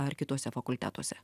ar kituose fakultetuose